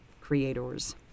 creators